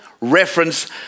reference